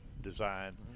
design